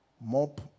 Mop